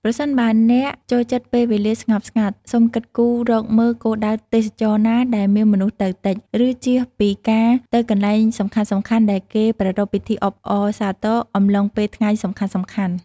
ប្រសិនបើអ្នកចូលចិត្តពេលវេលាស្ងប់ស្ងាត់ សូមគិតគូររកមើលគោលដៅទេសចរណ៍ណាដែលមានមនុស្សទៅតិច ឬចៀសពីការទៅកន្លែងសំខាន់ៗដែលគេប្រារព្ធពីធីអបអរសាទរអំឡុងពេលថ្ងៃសំខាន់ៗ។